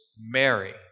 Mary